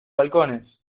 balcones